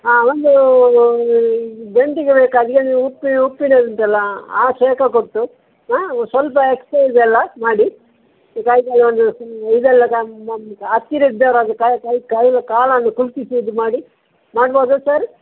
ಹಾಂ ಒಂದು ದಂಡಿಗೆ ಬೇಕಾಗಿ ಅದು ಉಪ್ಪಿನ ಉಪ್ಪಿನದು ಉಂಟಲ್ಲ ಆ ಶಾಖ ಕೊಟ್ಟು ಹಾಂ ಸ್ವಲ್ಪ ಎಕ್ಸೈಸ್ ಎಲ್ಲ ಮಾಡಿ ಇದೆಲ್ಲ ನಮ್ಮ ಹತ್ತಿರ ಇದ್ದವರಾದ ಕೈ ಕಾಲನ್ನು ಕುಂಟಿಸೋದು ಮಾಡಿ ಮಾಡ್ಬೋದಾ ಸರ್